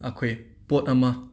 ꯑꯩꯈꯣꯏ ꯄꯣꯠ ꯑꯃ